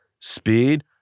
speed